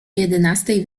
jedenastej